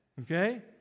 Okay